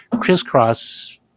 crisscross